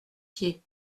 pieds